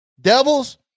Devils